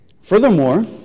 Furthermore